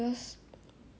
它冻死 leh